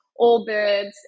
Allbirds